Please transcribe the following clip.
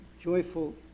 joyful